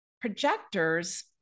Projectors